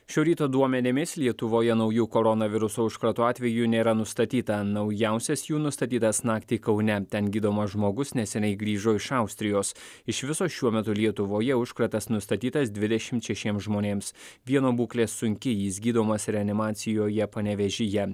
šio ryto duomenimis lietuvoje naujų koronaviruso užkrato atvejų nėra nustatyta naujausias jų nustatytas naktį kaune ten gydomas žmogus neseniai grįžo iš austrijos iš viso šiuo metu lietuvoje užkratas nustatytas dvidešimt šešiems žmonėms vieno būklė sunki jis gydomas reanimacijoje panevėžyje